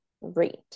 rate